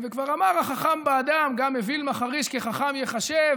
וכבר אמר החכם באדם: "גם אויל מחריש חכם יחשב",